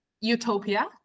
utopia